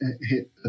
hit